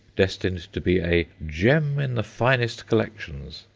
destined to be a gem in the finest collections,